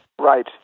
Right